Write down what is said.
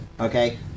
okay